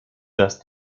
just